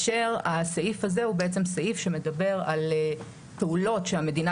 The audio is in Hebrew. הסעיף הזה בעצם מדבר על פעולות שהמדינה